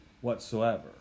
whatsoever